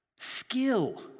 Skill